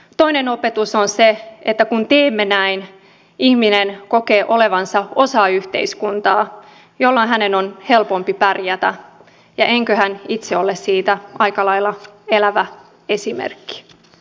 toinen opetus on se että kun teemme näin ihminen kokee olevansa osa yhteiskuntaa jolloin hänen on helpompi pärjätä ja enköhän itse ole siitä aika lailla elävä esimerkki